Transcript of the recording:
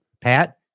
Pat